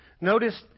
Notice